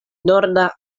norda